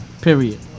Period